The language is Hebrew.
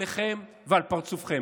עליכם ועל פרצופכם.